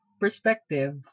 perspective